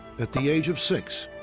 at the age of six.